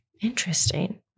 Interesting